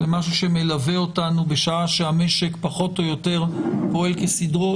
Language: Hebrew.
זה משהו שמלווה אותנו בשעה שהמשק פחות או יותר פועל כסדרו,